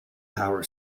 power